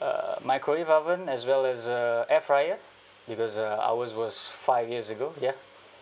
uh microwave oven as well as a air fryer because uh ours was five years ago ya